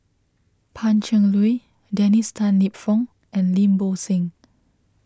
Pan Cheng Lui Dennis Tan Lip Fong and Lim Bo Seng